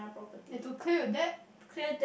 you had to clear your debt